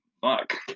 fuck